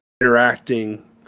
interacting